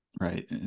Right